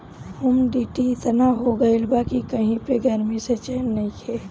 humidity एतना हो गइल बा कि कही पे गरमी से चैन नइखे